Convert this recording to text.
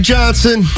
Johnson